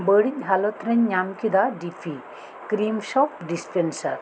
ᱵᱟᱹᱲᱤᱡ ᱦᱟᱞᱚᱛ ᱨᱤᱧ ᱧᱟᱢ ᱠᱮᱫᱟ D P cream soap dispenser